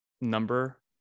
number